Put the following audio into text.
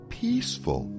peaceful